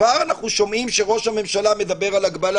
כבר אנחנו שומעים שראש הממשלה מדבר על הגבלה,